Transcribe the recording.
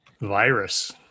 Virus